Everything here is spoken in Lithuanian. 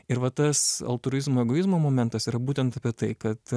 ir va tas altruizmo egoizmo momentas yra būtent apie tai kad